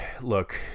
look